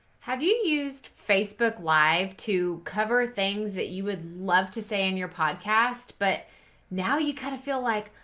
have you used facebook live to cover things that you would love to say in your podcast? but now you kind of feel like,